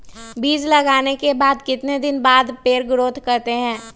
बीज लगाने के बाद कितने दिन बाद पर पेड़ ग्रोथ करते हैं?